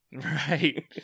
right